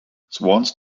swans